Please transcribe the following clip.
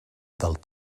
del